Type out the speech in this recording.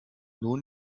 nun